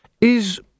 Is